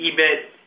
EBIT